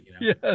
Yes